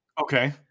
Okay